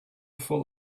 full